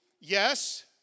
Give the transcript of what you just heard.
Yes